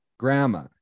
grandma